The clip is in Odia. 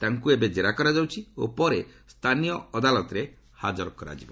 ତାଙ୍କ ଏବେ ଜେରା କରାଯାଉଛି ଓ ପରେ ସ୍ଥାନୀୟ ଅଦାଲତରେ ହାଜର କରାଯିବ